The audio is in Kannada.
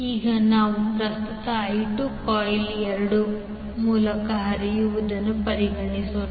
ಈಗ ನಾವು ಪ್ರಸ್ತುತ i2 ಕಾಯಿಲ್ 2 ಮೂಲಕ ಹರಿಯುವುದನ್ನು ಪರಿಗಣಿಸೋಣ